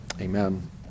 Amen